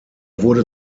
wurde